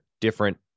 different